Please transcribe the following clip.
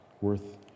worth